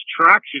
traction